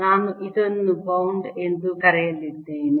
ನಾನು ಇದನ್ನು ಬೌಂಡ್ ಎಂದು ಕರೆಯಲಿದ್ದೇನೆ